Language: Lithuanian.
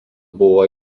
buvo